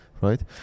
right